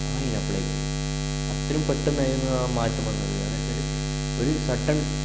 അതിന് അപ്പോളേക്കും അത്രയും പെട്ടെന്നായിരുന്നു ആ മാറ്റം വന്നത് എന്ന് വെച്ചാല് ഒരു സഡെൻ